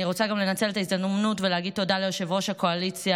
אני רוצה גם לנצל את ההזדמנות ולהגיד תודה ליושב-ראש הקואליציה